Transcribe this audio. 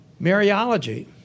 Mariology